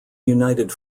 united